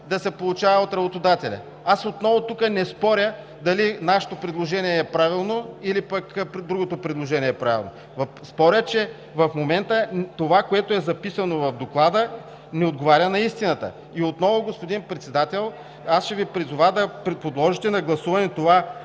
да се получава от работодателя. Аз отново тук не споря дали нашето предложение е правилно, или пък другото предложение е правилно. Споря, че в момента това, което е записано в Доклада, не отговаря на истината. И отново, господин Председател, аз ще Ви призова да подложите на гласуване това